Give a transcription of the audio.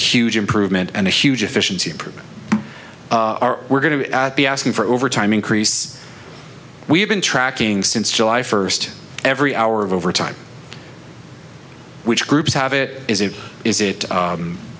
huge improvement and a huge efficiency improvement are we're going to be asking for overtime increase we've been tracking since july first every hour of overtime which groups have it is it is it